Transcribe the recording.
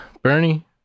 bernie